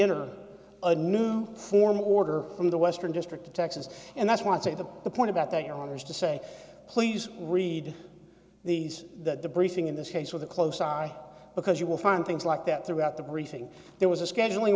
enter a new form order from the western district to texas and that's what's at the the point about that your honor is to say please read these that the briefing in this case with a close eye because you will find things like that throughout the briefing there was a scheduling